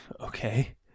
Okay